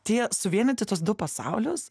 tie suvienyti tuos du pasaulius